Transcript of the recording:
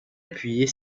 appuyer